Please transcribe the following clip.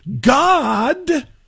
God